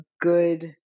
good